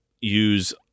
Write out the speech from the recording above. use